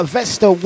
Vesta